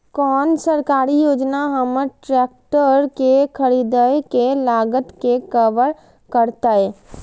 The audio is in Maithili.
कोन सरकारी योजना हमर ट्रेकटर के खरीदय के लागत के कवर करतय?